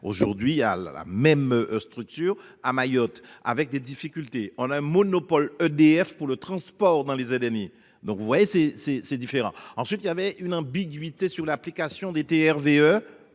aujourd'hui à la même structure à Mayotte avec des difficultés, on a un monopole EDF pour le transport dans les et demi, donc vous voyez c'est c'est c'est différent. Ensuite, il y avait une ambiguïté sur l'application des TRV